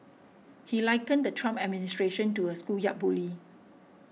he likened the Trump administration to a schoolyard bully